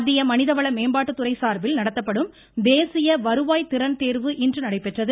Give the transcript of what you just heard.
மத்திய மனிதவள மேம்பாட்டுத்துறை சார்பில் நடத்தப்படும் தேசிய வருவாய் திறன் தேர்வு இன்று நடைபெற்றது